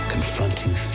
Confronting